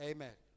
Amen